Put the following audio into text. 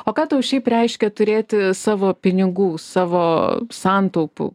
o ką tau šiaip reiškia turėti savo pinigų savo santaupų